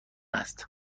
است